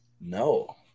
No